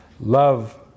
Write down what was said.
love